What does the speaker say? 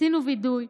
עשינו וידוא,